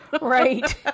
Right